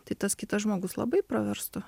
tai tas kitas žmogus labai praverstų